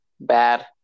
bad